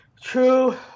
True